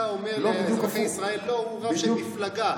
אתה אומר לאזרחי ישראל: הוא רב של מפלגה,